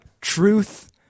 truth